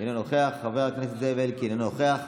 אינו נוכח, חבר הכנסת זאב אלקין, אינו נוכח.